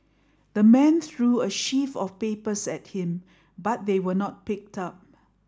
the man threw a sheaf of papers at him but they were not picked up